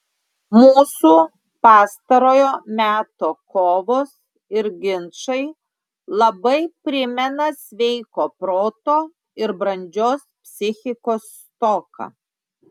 mūsų pastarojo meto kovos ir ginčai labai primena sveiko proto ir brandžios psichikos stoką